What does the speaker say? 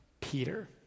Peter